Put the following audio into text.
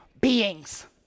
beings